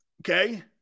okay